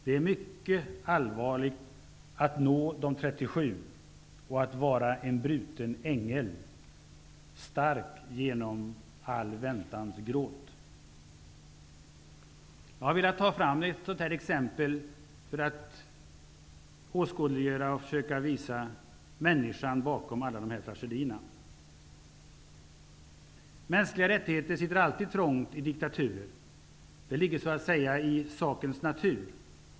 Det är mycket allvarligt att nå de Och att vara en bruten ängel stark genom all väntans gråt. Jag har velat ta fram ett sådant här exempel för att åskådliggöra och försöka visa människan bakom alla dessa tragedier. Mänskliga rättigheter sitter alltid trångt i diktaturer. Det ligger så att säga i sakens natur.